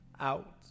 out